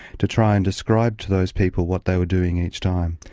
to try and describe to those people what they were doing, each time.